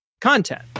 content